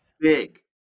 big